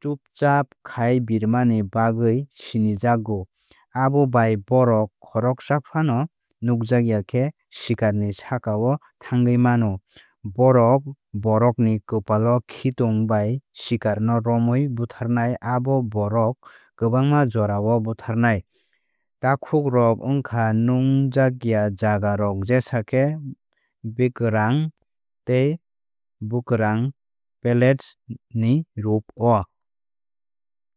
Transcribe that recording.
chupchap khai birmani bagwi sinijakgu. Abo bai bórok khoroksa phano nukjakya khe sikarni sakao thángwi mano. Bórok bórokni kwpla khitong bai sikar no romwi butharnai abo bórok kwbángma jorao butharnai. Takhok rok wngkha nwngjakya jagarok jesa khe bakarang tei bwkarang pellets ni rup o.